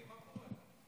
את מפחדת,